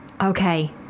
Okay